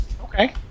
Okay